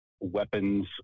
weapons